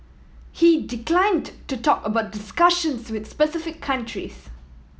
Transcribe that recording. he declined to talk about discussions with specific countries